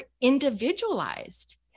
individualized